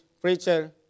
Preacher